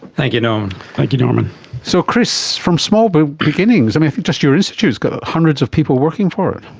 you know like you know um and so chris, from small but beginnings, um i think just your institute has got hundreds of people working for it.